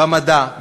במדע,